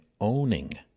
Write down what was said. owning